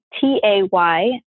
T-A-Y